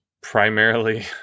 primarily